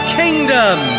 kingdom